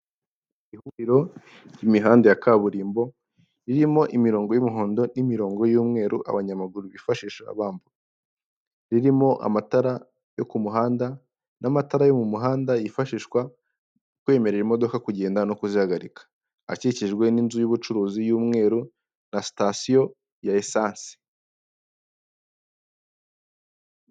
Ihuriro ry'imihanda ya kaburimbo ririmo imirongo y'umuhondo n'imirongo y'umweru abanyamaguru bifashisha bambuka, ririmo amatara yo ku kumuhanda n'amatara yo mu muhanda yifashishwa mu kwemerera imodoka kugenda no kuzihagarika, akikijwe n'inzu y'ubucuruzi y'umweru na sitasiyo ya risansi.